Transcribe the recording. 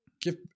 give